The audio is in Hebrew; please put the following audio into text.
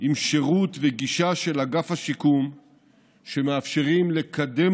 עם שירות וגישה של אגף השיקום שמאפשרים לקדם